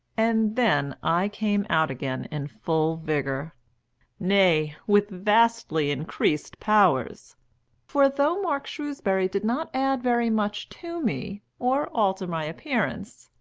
and then i came out again in full vigour nay, with vastly increased powers for though mark shrewsbury did not add very much to me, or alter my appearance,